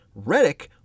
Redick